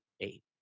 eight